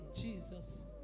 Jesus